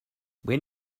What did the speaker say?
when